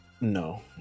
No